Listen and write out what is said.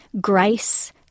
grace